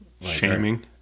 shaming